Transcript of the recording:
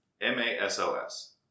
M-A-S-O-S